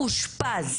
אושפז.